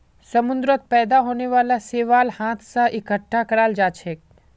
समुंदरत पैदा होने वाला शैवाल हाथ स इकट्ठा कराल जाछेक